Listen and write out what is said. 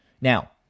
Now